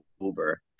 over